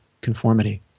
conformity